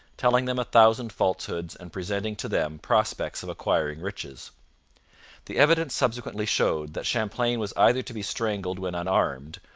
telling them a thousand falsehoods and presenting to them prospects of acquiring riches the evidence subsequently showed that champlain was either to be strangled when unarmed,